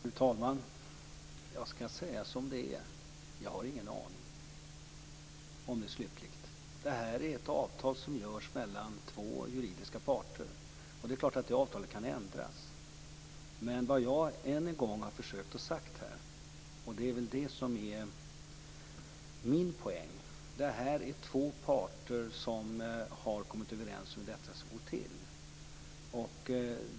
Fru talman! Jag skall säga som det är: jag har ingen aning om det är slutligt. Det här är ett avtal som träffas mellan två juridiska parter, och det är klart att det avtalet kan ändras. Vad jag har försökt säga här, som är min poäng, är att det är två parter som har kommit överens om hur detta skall gå till.